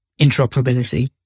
interoperability